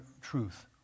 truth